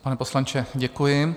Pane poslanče, děkuji.